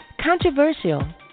Controversial